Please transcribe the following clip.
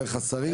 דרך השרים,